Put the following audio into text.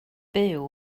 byw